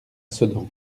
sedan